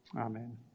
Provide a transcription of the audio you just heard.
Amen